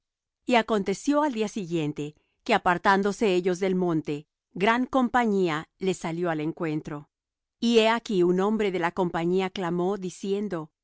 y aconteció al día siguiente que apartándose ellos del monte gran compañía les salió al encuentro y he aquí un hombre de la compañía clamó diciendo